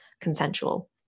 consensual